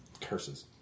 curses